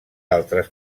altres